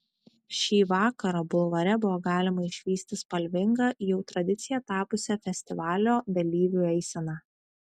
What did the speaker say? šį vakarą bulvare buvo galima išvysti spalvingą jau tradicija tapusią festivalio dalyvių eiseną